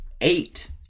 eight